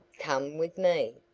come with me.